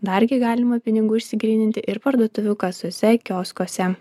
dar gi galima pinigų išsigryninti ir parduotuvių kasose kioskuose